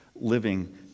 living